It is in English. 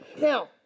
Now